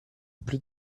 plus